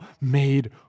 made